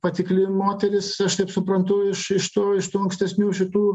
patikli moteris aš taip suprantu iš iš tų iš tų ankstesnių šitų